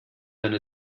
eine